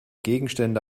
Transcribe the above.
gegenstände